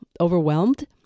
overwhelmed